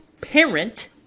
parent